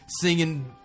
singing